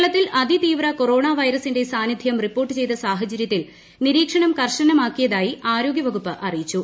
കേരളത്തിൽ അതി തീവ്ര വൈറസിൻറെ സാന്നിധ്യം റിപ്പോർട്ട് ചെയ്ത സാഹചര്യത്തിൽ നിരീക്ഷണം കർശനമാക്കിയതായി ആരോഗൃ വകുപ്പ് അറിയിച്ചു